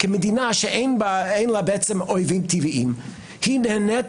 מדובר במדינה שאין לה אויבים טבעיים והיא נהנית